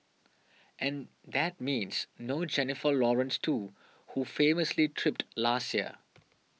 and that means no Jennifer Lawrence too who famously tripped last year